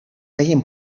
feien